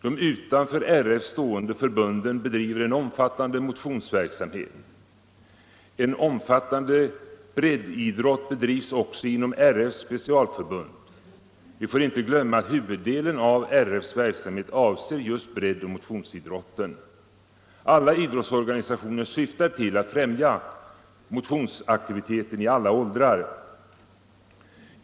De utanför RF stående förbunden bedriver en omfattande motionsverksamhet. En betydande breddidrott bedrivs också inom RF:s specialförbund. Vi får inte glömma att huvuddelen av RF:s verksamhet avser just breddoch motionsidrott. Alla idrottsorganisationer syftar till att främja motionsaktiviteten i alla åldrar.